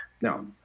Now